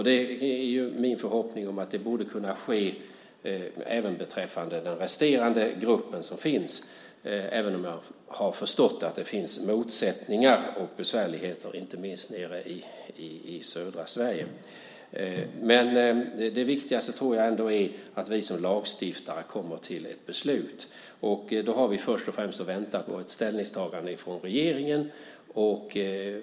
Det är min förhoppning att det ska kunna ske även beträffande den resterande gruppen, även om jag har förstått att det finns motsättningar och besvärligheter inte minst i södra Sverige. Det viktigaste tror jag ändå är att vi som lagstiftare kommer till ett beslut. Då har vi först och främst att vänta på ett ställningstagande från regeringen.